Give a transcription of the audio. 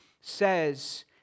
says